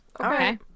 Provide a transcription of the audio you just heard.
Okay